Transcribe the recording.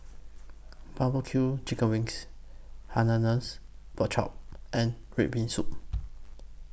Barbecue Chicken Wings Hainanese Pork Chop and Red Bean Soup